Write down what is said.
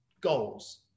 goals